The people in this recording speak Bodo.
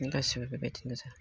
गासिबो बेबादिनो गोजा